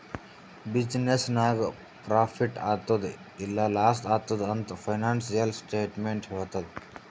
business ನಾಗ್ profit ಆತ್ತುದ್ ಇಲ್ಲಾ ಲಾಸ್ ಆತ್ತುದ್ ಅಂತ್ ಫೈನಾನ್ಸಿಯಲ್ ಸ್ಟೇಟ್ಮೆಂಟ್ ಹೆಳ್ತುದ್